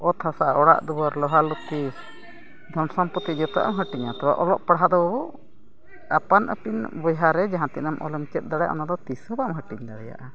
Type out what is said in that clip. ᱚᱛ ᱦᱟᱥᱟ ᱚᱲᱟᱜ ᱫᱩᱣᱟᱹᱨ ᱞᱳᱦᱟ ᱞᱩᱛᱤ ᱫᱷᱚᱱ ᱥᱚᱢᱯᱚᱛᱛᱤ ᱡᱚᱛᱚᱣᱟᱜ ᱮᱢ ᱦᱟᱹᱴᱤᱧᱟ ᱛᱚ ᱚᱞᱚᱜ ᱯᱟᱲᱦᱟᱜ ᱫᱚ ᱵᱟᱹᱵᱩ ᱟᱯᱟᱱ ᱟᱹᱯᱤᱱ ᱵᱚᱭᱦᱟ ᱨᱮ ᱡᱟᱦᱟᱸ ᱛᱤᱱᱟᱹᱜ ᱟᱢ ᱚᱞᱮᱢ ᱪᱮᱫ ᱫᱟᱲᱮᱭᱟᱜᱼᱟ ᱚᱱᱟᱫᱚ ᱛᱤᱸᱥ ᱦᱚᱸ ᱵᱟᱢ ᱦᱟᱹᱴᱤᱧ ᱫᱟᱲᱮᱭᱟᱜᱼᱟ